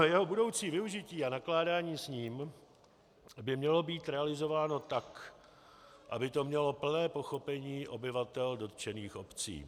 Jeho budoucí využití a nakládání s ním by mělo být realizováno tak, aby to mělo plné pochopení obyvatel dotčených obcí.